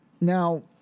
Now